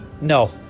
No